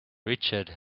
richard